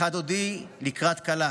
לכה דודי לקראת כלה